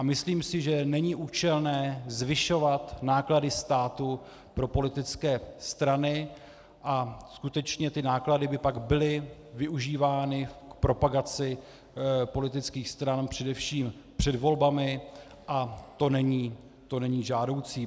Myslím si, že není účelné zvyšovat náklady státu pro politické strany, a skutečně ty náklady by pak byly využívány k propagaci politických stran především před volbami a to není žádoucí.